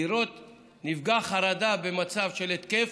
לראות נפגע חרדה במצב של התקף,